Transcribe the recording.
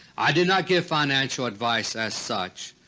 i did not give financial advice as such,